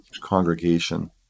congregation